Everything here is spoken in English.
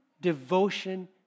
devotion